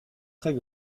très